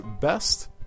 best